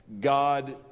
God